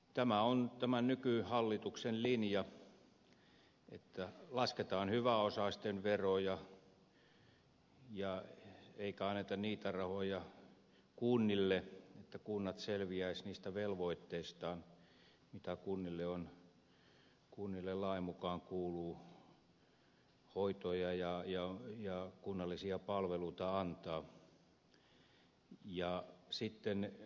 tämä on tämän nykyhallituksen linja että lasketaan hyväosaisten veroja eikä anneta niitä rahoja kunnille jotta kunnat selviäisivät niistä velvoitteistaan joita kunnille lain mukaan kuuluu eli hoitoja ja kunnallisia palveluita